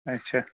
اچھا